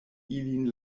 ilin